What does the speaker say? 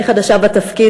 אני חדשה בתפקיד,